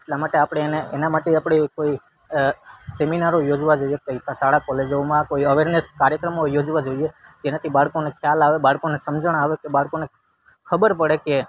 એટલા માટે એને એના માટે આપણે કોઈ સેમિનારો યોજવા જોઈએ કંઈક શાળા કોલેજોમાં કોઈ અવેરનેસ કાર્યક્રમો યોજવા જોઈએ જેનાથી બાળકોને ખ્યાલ આવે બાળકોને સમઝણ આવે કે બાળકોને ખબર પડે કે